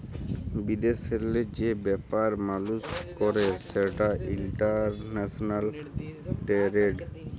বিদেশেল্লে যে ব্যাপার মালুস ক্যরে সেটা ইলটারল্যাশলাল টেরেড